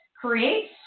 creates